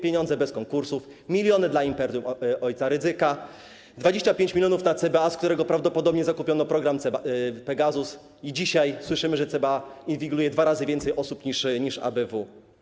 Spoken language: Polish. Pieniądze bez konkursów, miliony dla imperium o. Rydzyka, 25 mln na CBA, z których prawdopodobnie zakupiono program Pegasus, i dzisiaj słyszymy, że CBA inwigiluje dwa razy więcej osób niż ABW.